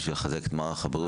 אלא כדי לחזק שם את מערך הבריאות.